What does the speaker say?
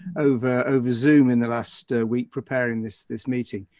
over over zoom in the last a week preparing this, this meeting.